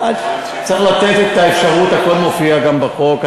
צריך לתת את האפשרות, הכול מופיע גם בחוק.